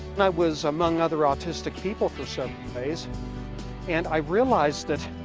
and i was among other autistic people for several days and i realized that